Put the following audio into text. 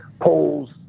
polls